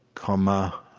comma.